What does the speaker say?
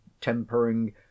tempering